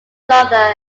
luthor